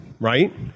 right